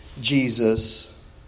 Jesus